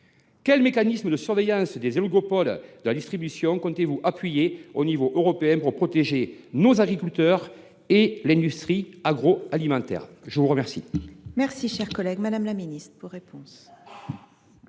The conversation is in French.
quel mécanisme de surveillance des oligopoles de la distribution comptez vous appuyer à l’échelon européen pour protéger nos agriculteurs et l’industrie agroalimentaire ? La parole